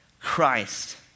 Christ